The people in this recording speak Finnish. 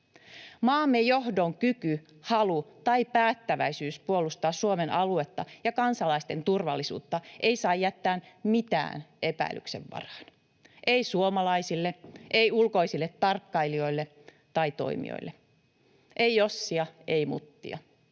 Maamme johdon kyky, halu tai päättäväisyys puolustaa Suomen aluetta ja kansalaisten turvallisuutta ei saa jättää mitään epäilyksen varaan, ei suomalaisille, ei ulkoisille tarkkailijoille tai toimijoille — ei jossia, ei muttia.